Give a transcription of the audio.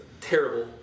terrible